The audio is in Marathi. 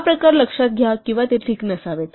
हा प्रकार लक्षात घ्या किंवा ते ठीक नसावेत